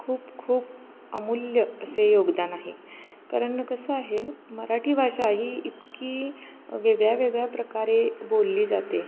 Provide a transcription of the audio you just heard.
खूप खूप अमूल्य असे योगदान आहे कारण कसं आहे मराठी भाषा ही इतकी वेगळ्या वेगळ्या प्रकारे बोलली जाते